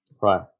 right